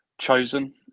chosen